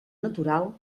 natural